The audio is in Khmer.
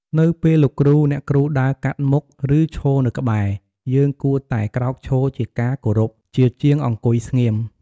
នៅពេលលោកគ្រូ អ្នកគ្រូដើរកាត់មុខ ឬឈរនៅក្បែរ យើងគួរតែ ក្រោកឈរជាការគោរព ជាជាងអង្គុយស្ងៀម។